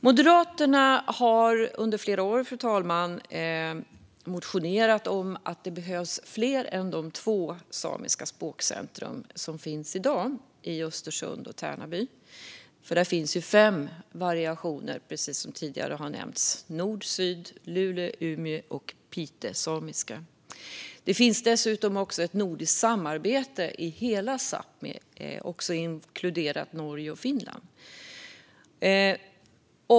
Moderaterna har under flera år motionerat om att det behövs fler än de två samiska språkcentrum som finns i dag i Östersund och Tärnaby. Precis som tidigare nämnts finns fem variationer: nordsamiska, sydsamiska, lulesamiska, umesamiska och pitesamiska. Det finns dessutom ett nordiskt samarbete i hela Sápmi, vilket inkluderar Norge och Finland.